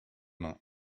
mains